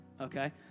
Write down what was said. Okay